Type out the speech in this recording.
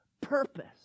purpose